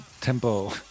tempo